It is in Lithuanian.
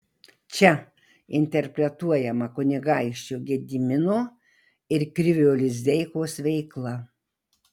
čia interpretuojama kunigaikščio gedimino ir krivio lizdeikos veikla